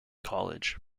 college